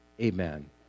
Amen